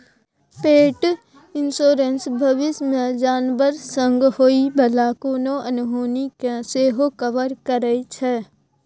पेट इन्स्योरेन्स भबिस मे जानबर संग होइ बला कोनो अनहोनी केँ सेहो कवर करै छै